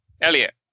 Elliot